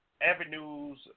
avenues